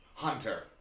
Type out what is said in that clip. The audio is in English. hunter